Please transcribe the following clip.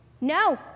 No